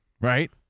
right